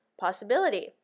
possibility